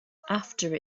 after